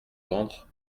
ventre